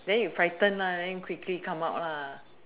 then you frightened then you quickly come out lah